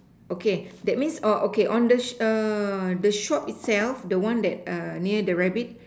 okay that means oh okay on the the shop itself the one that near the rabbit